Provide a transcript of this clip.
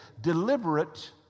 deliberate